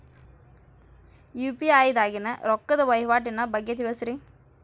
UPI ದಾಗಿನ ರೊಕ್ಕದ ವಹಿವಾಟಿನ ಬಗ್ಗೆ ತಿಳಸ್ರಿ